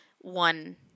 one